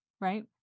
right